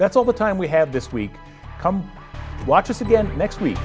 that's all the time we have this week watch us again next week